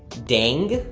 dang?